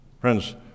Friends